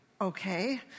okay